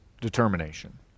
determination